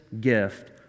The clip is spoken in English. gift